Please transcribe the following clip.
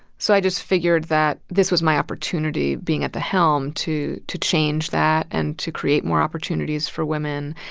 so i just figured that this was my opportunity, being at the helm, to to change that and to create more opportunities for women.